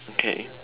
okay